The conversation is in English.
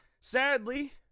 sadly